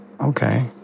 Okay